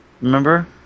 remember